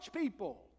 people